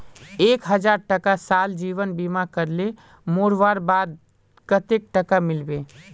एक हजार टका साल जीवन बीमा करले मोरवार बाद कतेक टका मिलबे?